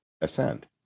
ascend